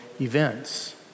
events